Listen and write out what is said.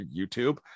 YouTube